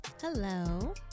Hello